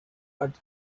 was